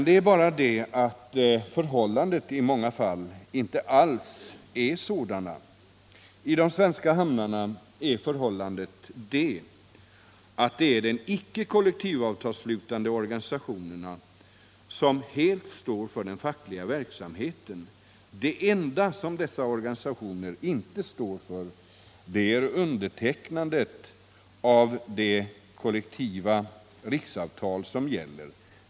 Det är bara det att förhållandena i många fall inte alls är sådana. I de svenska hamnarna är förhållandet att det är de icke kollektivavtalsslutande organisationerna som helt står för den fackliga verksamheten. Det enda som dessa organisationer inte står för är undertecknandet av det kollektiva riksavtal som gäller.